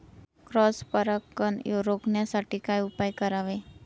Cross परागकण रोखण्यासाठी काय उपाय करावे?